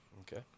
Okay